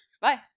Bye